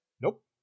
Nope